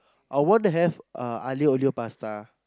I want to have uh aglio-olio pasta